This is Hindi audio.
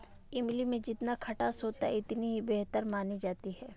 इमली में जितना खटास होता है इतनी ही बेहतर मानी जाती है